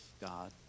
God